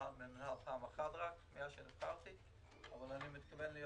במינהל רק פעם אחת מיד כשנבחרתי אבל אני מתכוון להיות